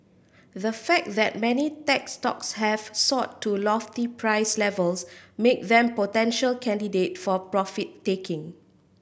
the fact that many tech stocks have soared to lofty price levels make them potential candidate for profit taking